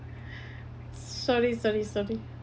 sorry sorry sorry